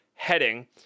Heading